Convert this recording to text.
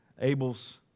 Abel's